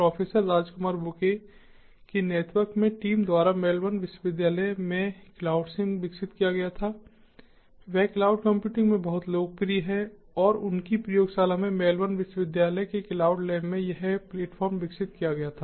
professor Rajkumar Buyya के नेतृत्व में टीम द्वारा मेलबर्न विश्वविद्यालय में क्लाउडसिम विकसित किया गया था वह क्लाउड कंप्यूटिंग में बहुत लोकप्रिय है और उनकी प्रयोगशाला में मेलबर्न विश्वविद्यालय के क्लाउड लैब यह CloudSim प्लेटफ़ॉर्म विकसित किया गया था